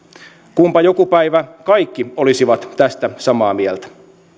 kunpa joku päivä kaikki olisivat tästä samaa mieltä